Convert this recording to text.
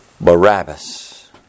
Barabbas